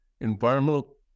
environmental